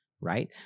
right